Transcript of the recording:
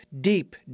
deep